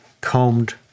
combed